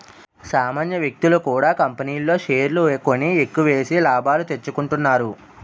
సామాన్య వ్యక్తులు కూడా కంపెనీల్లో షేర్లు కొని ఎక్కువేసి లాభాలు తెచ్చుకుంటున్నారు